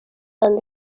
and